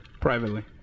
privately